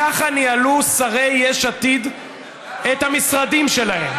ככה ניהלו שרי יש עתיד את המשרדים שלהם.